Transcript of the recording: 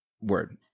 word